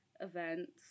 events